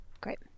Great